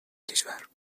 کشور